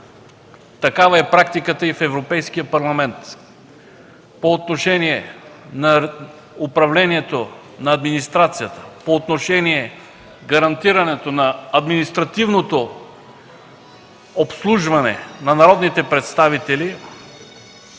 такава е практиката и в Европейския парламент по отношение управлението на администрацията, по отношение гарантирането на административното обслужване на народните представители.